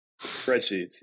Spreadsheets